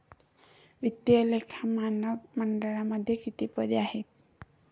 वित्तीय लेखा मानक मंडळामध्ये किती पदे आहेत?